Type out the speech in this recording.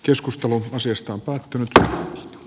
käsittelyn pohjana on tältä